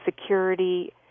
security